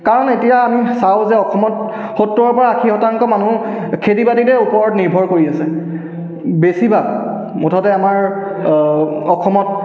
কাৰণ এতিয়া আমি চাওঁ যে অসমত সত্তৰৰ পৰা আশী শতাংশ মানুহ খেতি বাতিতে ওপৰত নিৰ্ভৰ কৰি আছে বেছিভাগ মুঠতে আমাৰ অসমত